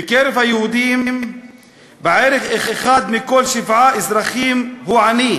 בקרב היהודים בערך אחד מכל שבעה אזרחים הוא עני.